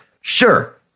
Sure